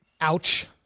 ouch